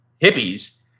hippies